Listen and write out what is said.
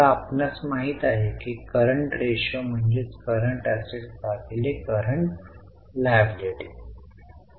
आता आपणास माहित आहे की करंट रेशो म्हणजे करंट असेट्स भागिले करंट लायबिलिटी